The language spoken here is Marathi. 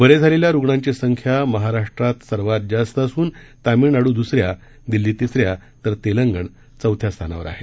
बरे झालेल्या रुग्णांची संख्या महाराष्ट्रात सर्वात जास्त असून तामिळनाडू द्सऱ्या दिल्ली तिसऱ्या तर तेलंगणा चौथ्या स्थानावर आहेत